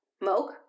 milk